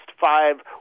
five